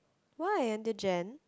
why until Jan